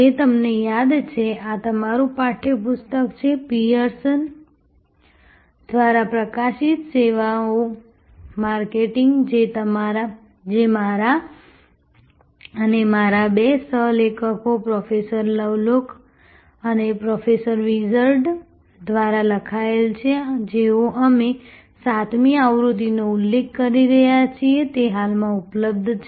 જેમ તમને યાદ છે આ તમારું પાઠ્ય પુસ્તક છે પીયર્સન દ્વારા પ્રકાશિત સેવાઓ માર્કેટિંગ જે મારા અને મારા બે સહ લેખકો પ્રોફેસર લવલોક અને પ્રોફેસર વિર્ટ્ઝ દ્વારા લખાયેલ છે જેનો અમે 7મી આવૃત્તિનો ઉલ્લેખ કરી રહ્યા છીએ જે હાલમાં ઉપલબ્ધ છે